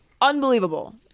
unbelievable